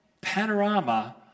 panorama